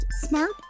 Smart